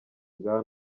bwa